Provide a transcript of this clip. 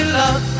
love